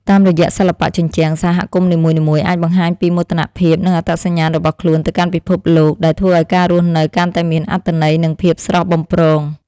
តាមរយៈសិល្បៈជញ្ជាំង សហគមន៍នីមួយៗអាចបង្ហាញពីមោទនភាព និងអត្តសញ្ញាណរបស់ខ្លួនទៅកាន់ពិភពលោក ដែលធ្វើឱ្យការរស់នៅកាន់តែមានអត្ថន័យ និងភាពស្រស់បំព្រង។